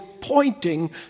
pointing